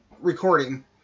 recording